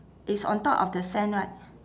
is on top of the sand right